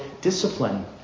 discipline